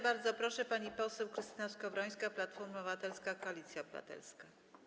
Bardzo proszę, pani poseł Krystyna Skowrońska, Platforma Obywatelska - Koalicja Obywatelska.